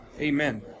amen